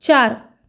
चार